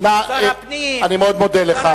שר הפנים, אני מאוד מודה לך, זמנך תם.